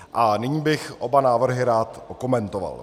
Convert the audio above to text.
A nyní bych oba návrhy rád okomentoval.